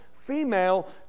female